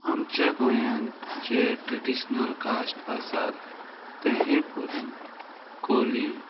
आमच्या गोंयान जे ट्रेडिशनल कास्ट आसात ते हे पोरी कोली